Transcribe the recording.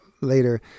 later